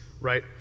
right